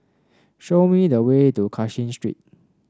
show me the way to Cashin Street